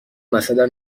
مثلا